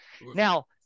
now